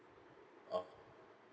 oh